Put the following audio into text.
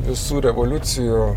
visų revoliucijų